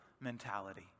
mentality